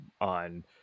on